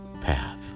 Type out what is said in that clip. path